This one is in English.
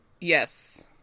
Yes